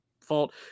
fault